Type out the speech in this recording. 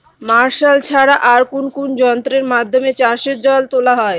Martial ছাড়া আর কোন কোন যন্ত্রেরর মাধ্যমে চাষের জল তোলা হয়?